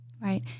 Right